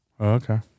okay